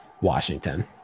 Washington